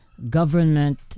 Government